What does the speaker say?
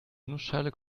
nussschale